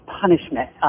punishment